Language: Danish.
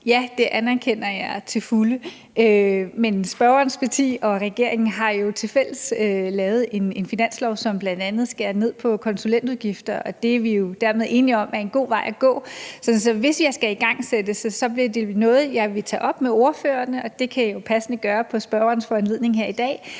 Ja, det anerkender jeg til fulde. Men spørgerens parti og regeringen har jo i fællesskab lavet en finanslov, som bl.a. skærer ned på konsulentudgifter, og det er vi dermed enige om er en god vej at gå. Så hvis jeg skal igangsætte det, vil det være noget, jeg vil tage op med ordførerne, og det kan jeg passende gøre på spørgerens foranledning her i dag